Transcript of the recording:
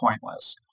pointless